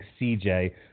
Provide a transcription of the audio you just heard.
CJ